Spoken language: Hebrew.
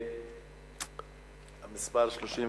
המספר 39?